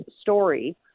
story